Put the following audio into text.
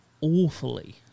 awfully